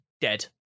dead